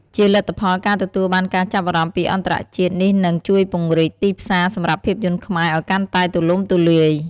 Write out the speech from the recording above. ជាលទ្ធផល ការទទួលបានការចាប់អារម្មណ៍ពីអន្តរជាតិ នេះនឹង ជួយពង្រីកទីផ្សារសម្រាប់ភាពយន្តខ្មែរ ឱ្យកាន់តែទូលំទូលាយ។